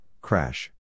crash